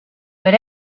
but